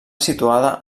situada